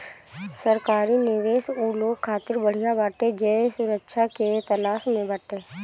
सरकारी निवेश उ लोग खातिर बढ़िया बाटे जे सुरक्षा के तलाश में बाटे